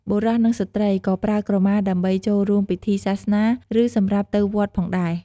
បុរស និងស្ត្រីក៏ប្រើក្រមាដើម្បីចូលរួមពិធីសាសនា ឬ សម្រាប់ទៅវត្តផងដែរ។